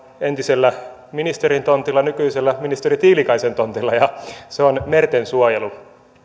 entisellä ministerin tontillani nykyisellä ministeri tiilikaisen tontilla ja se on merten suojelu